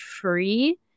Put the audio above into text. free